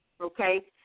okay